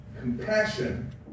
Compassion